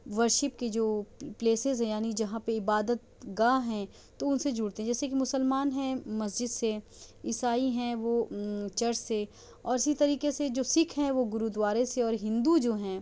worship کی جو places ہیں یعنی جہاں پہ عبادت گاہ ہیں تو ان سے جڑتے ہیں جیسے کہ مسلمان ہیں مسجد سے عیسائی ہیں وہ چرچ سے اور اسی طریقے سے جو سکھ ہیں وہ گردوارے سے اور ہندو جو ہیں